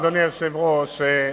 אדוני היושב-ראש,